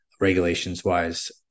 regulations-wise